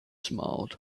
smiled